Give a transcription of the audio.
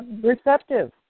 receptive